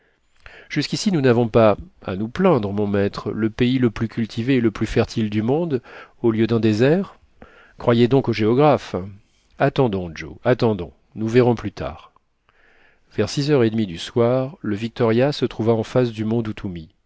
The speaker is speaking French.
jusqu'ici nous n'avons pas à nous plaindre mon maître le pays le plus cultivé et le plus fertile du monde au lieu d'un désert croyez donc aux géographes attendons joe attendons nous verrons plus tard vers six heures et demie du soir le victoria se trouva en face du mont